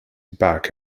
back